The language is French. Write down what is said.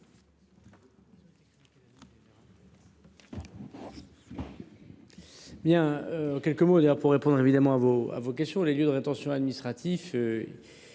Merci,